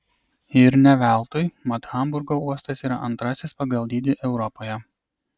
ir ne veltui mat hamburgo uostas yra antrasis pagal dydį europoje